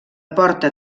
porta